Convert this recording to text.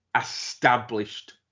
established